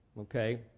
okay